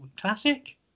classic